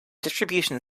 distribution